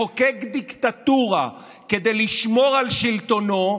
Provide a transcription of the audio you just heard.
מחוקק דיקטטורה כדי לשמור על שלטונו,